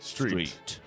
Street